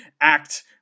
act